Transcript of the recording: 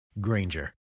Granger